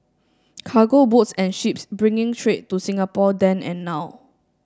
cargo boats and ships bringing trade to Singapore then and now